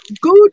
good